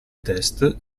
test